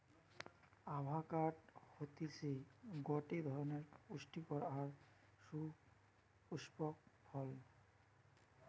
avocado হতিছে গটে ধরণের পুস্টিকর আর সুপুস্পক ফল